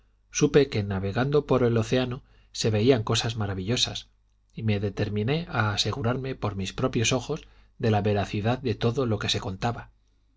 supe que navegando por el océano se veían cosas maravillosas y me determiné a asegurarme por mis propios ojos de la veracidad de todo lo que se contaba